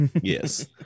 Yes